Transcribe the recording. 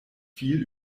viel